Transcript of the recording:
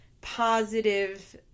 positive